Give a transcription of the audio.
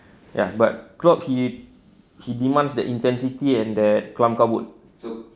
ya but klopp he he demands the intensity and that kelam kabut